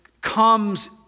comes